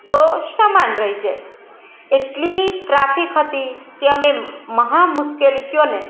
તો સામાન રહી જાય એટલી ટ્રાફિક હતી કે અમે મહા મુશ્કેલી કહો ને